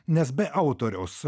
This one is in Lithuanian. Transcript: nes be autoriaus